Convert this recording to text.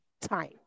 time